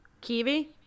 Kiwi